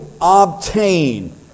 obtain